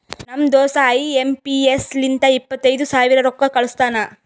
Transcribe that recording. ನಮ್ ದೋಸ್ತ I M P S ಲಿಂತ ಇಪ್ಪತೈದು ಸಾವಿರ ರೊಕ್ಕಾ ಕಳುಸ್ತಾನ್